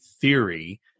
theory